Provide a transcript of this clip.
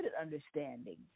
understanding